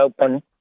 open